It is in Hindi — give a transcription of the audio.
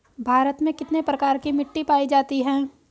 भारत में कितने प्रकार की मिट्टी पाई जाती हैं?